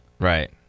Right